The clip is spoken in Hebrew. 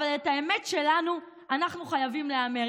אבל את האמת שלנו אנחנו חייבים לומר.